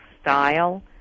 style